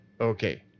Okay